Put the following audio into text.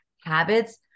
habits